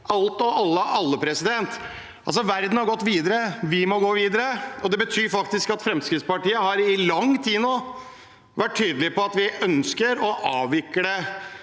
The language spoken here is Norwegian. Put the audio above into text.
alt og alle. Verden har gått videre, vi må gå videre, og det betyr faktisk at Fremskrittspartiet i lang tid nå har vært tydelige på at vi ønsker å avvikle